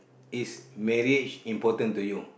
is marriage important to you